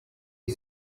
iyi